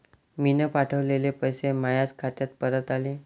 मीन पावठवलेले पैसे मायाच खात्यात परत आले